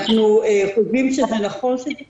אנחנו חושבים שנכון שהיא תיקח.